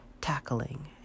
Tackling